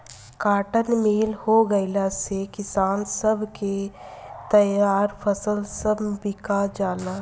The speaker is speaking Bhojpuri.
काटन मिल हो गईला से किसान सब के तईयार फसल सब बिका जाला